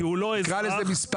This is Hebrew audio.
יש לך את המאגר.